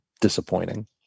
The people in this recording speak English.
disappointing